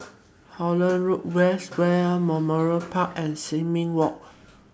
Holland Road West War Memorial Park and Sin Ming Walk